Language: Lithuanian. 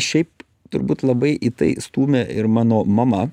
šiaip turbūt labai į tai stūmė ir mano mama